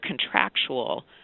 contractual